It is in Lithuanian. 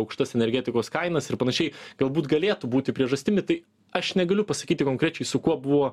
aukštas energetikos kainas ir panašiai galbūt galėtų būti priežastimi tai aš negaliu pasakyti konkrečiai su kuo buvo